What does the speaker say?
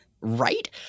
Right